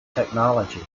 technology